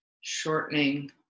shortening